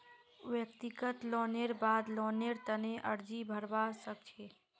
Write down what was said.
व्यक्तिगत लोनेर बाद लोनेर तने अर्जी भरवा सख छि